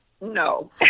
No